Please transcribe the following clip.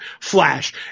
flash